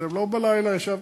אתם לא בלילה ישבתם,